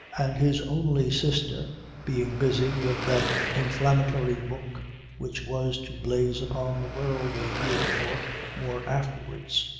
and his only sister being busy with that inflammatory book which was to blaze upon the world a year or more afterwards.